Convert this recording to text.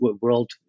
world